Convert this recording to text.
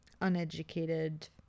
uneducated